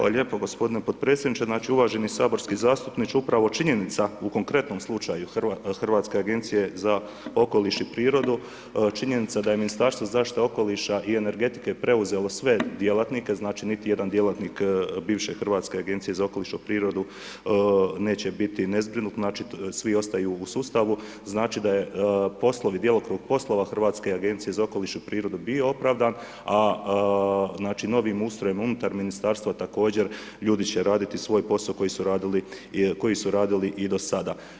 Hvala lijepo gospodine podpredsjedniče, znači uvaženi saborski zastupniče upravo činjenica u konkretnom slučaju Hrvatske agencije za okoliš i prirodu, činjenica da je Ministarstvo zaštite okoliša i energetike preuzelo sve djelatnike, znači niti jedan djelatnik bivše Hrvatske agencije za okoliš i prirodu neće biti nezbrinut, znači svi ostaju u sustavu, znači da je poslovi, djelokrug poslova Hrvatske agencije za okoliš i prirodu bio opravdan, a znači novim ustrojem unutar ministarstva također ljudi će raditi svoj posao koji su radili, koji su radili i do sada.